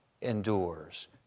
endures